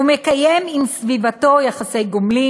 הוא מקיים עם סביבתו יחסי גומלין.